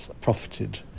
profited